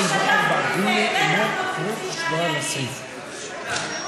שתקפת אותי, בטח לא תרצי שאני אגיב.